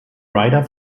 ryder